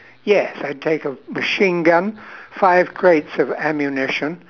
yes I take a machine gun five crates of ammunition